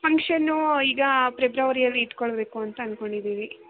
function ಈಗ ಪ್ರೆಬ್ರವರಿಯಲ್ಲಿ ಇಟ್ಕೊಳ್ಬೇಕು ಅಂತ ಅನ್ಕೊಂಡಿದೀವಿ